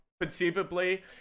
conceivably